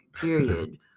period